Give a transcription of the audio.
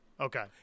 Okay